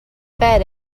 bed